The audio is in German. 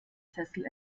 sessel